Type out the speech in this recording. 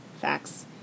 Facts